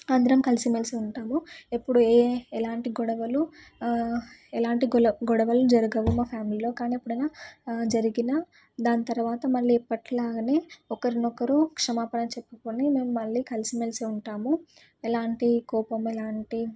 అందరం కలిసిమెలిసి ఉంటాము ఎప్పుడు ఏ ఎలాంటి గొడవలు ఎలాంటి గొల గొడవలు జరగవు మా ఫ్యామిలీలో కానీ ఎప్పుడైనా జరిగిన దాని తర్వాత మళ్ళీ ఎప్పటి లాగానే ఒకరికి ఒకరు క్షమాపణ చెప్పుకొని మేము మళ్ళీ కలిసి మెలిసి ఉంటాము ఎలాంటి కోపము ఎలాంటి